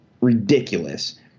ridiculous